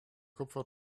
kupfer